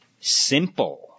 simple